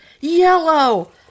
yellow